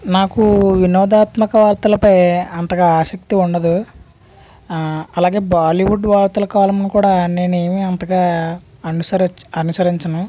నాకు వినోదాత్మక వార్తలపై అంతగా ఆసక్తి ఉండదు ఆ అలాగే బాలీవుడ్ వార్తలు కాలమును కూడా నేను ఏమి అంతగా అనుస అనుసరించను